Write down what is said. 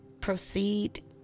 proceed